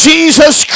Jesus